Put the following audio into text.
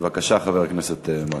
בבקשה, חבר הכנסת מקלב.